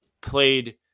played